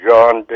John